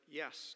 yes